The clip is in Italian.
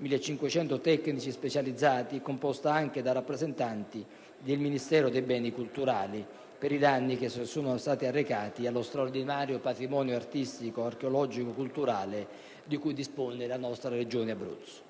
1.000-1.500 tecnici specializzati, composta anche da rappresentanti del Ministero dei beni culturali per i danni che sono stati recati allo straordinario patrimonio artistico, archeologico e culturale della nostra Regione Abruzzo.